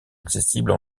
accessible